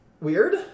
weird